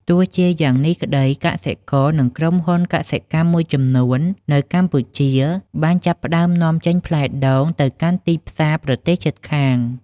ទោះជាយ៉ាងនេះក្តី កសិករ និងក្រុមហ៊ុនកសិកម្មមួយចំនួននៅកម្ពុជាបានចាប់ផ្តើមនាំចេញផ្លែដូងទៅកាន់ទីផ្សារប្រទេសជិតខាង។